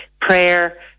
prayer